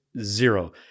Zero